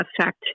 affect